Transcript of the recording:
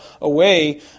away